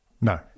No